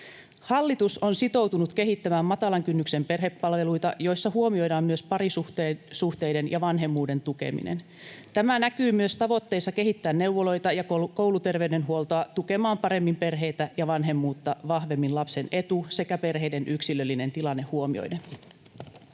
Hallitus on sitoutunut kehittämään matalan kynnyksen perhepalveluita, joissa huomioidaan myös parisuhteen ja vanhemmuuden tukeminen. Tämä näkyy myös tavoitteessa kehittää neuvoloita ja kouluterveydenhuoltoa tukemaan paremmin perheitä ja vanhemmuutta vahvemmin lapsen etu sekä perheiden yksilöllinen tilanne huomioiden.